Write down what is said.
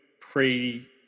pre